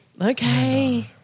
Okay